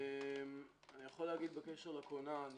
בקשר לכונן,